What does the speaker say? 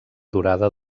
durada